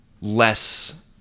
less